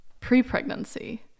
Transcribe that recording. pre-pregnancy